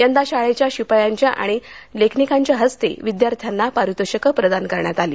यंदा शाळेच्या शिपायांच्या आणि लेखनिकांच्या हस्ते विद्यार्थ्यांना पारितोषिकं प्रदान करण्यात आली